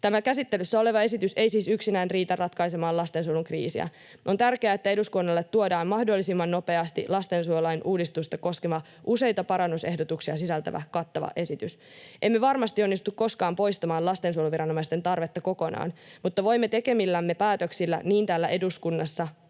Tämä käsittelyssä oleva esitys ei siis yksinään riitä ratkaisemaan lastensuojelun kriisiä. On tärkeää, että eduskunnalle tuodaan mahdollisimman nopeasti lastensuojelulain uudistusta koskeva useita parannusehdotuksia sisältävä kattava esitys. Emme varmasti onnistu koskaan poistamaan lastensuojeluviranomaisten tarvetta kokonaan, mutta voimme tekemillämme päätöksillä niin täällä eduskunnassa